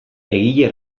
egile